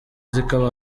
zikaba